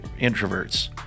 introverts